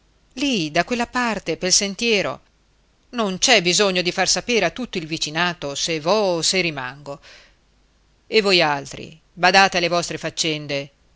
lì da quella parte pel sentiero non c'è bisogno di far sapere a tutto il vicinato se vo o se rimango e voialtri badate alle vostre faccende